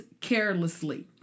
carelessly